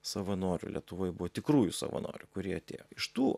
savanorių lietuvoj buvo tikrųjų savanorių kurie atėjo iš tų